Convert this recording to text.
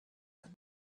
one